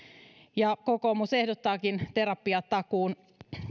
ja kokoomus ehdottaakin terapiatakuun